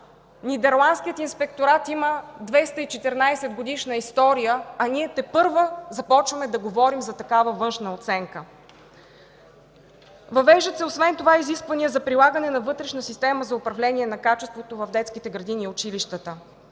Нидерландският инспекторат има 214-годишна история, а ние тепърва започваме да говорим за такава външна оценка. Въвеждат се и изисквания за прилагане на вътрешна система за управление на качеството в детските градини и училищата.